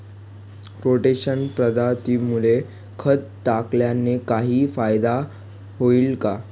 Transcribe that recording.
Rotation पद्धतीमुळे खत टाकल्याने काही फायदा होईल का?